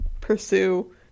pursue